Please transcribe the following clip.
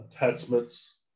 Attachments